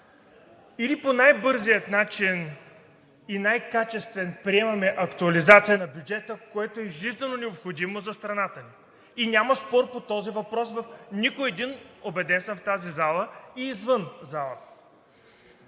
Или по най-бързия и най-качествен начин приемаме актуализацията на бюджета, което е жизнено необходимо за страната ни и няма спор по този въпрос в нито един, убеден съм, в тази зала и извън залата,